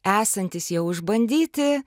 esantys jau išbandyti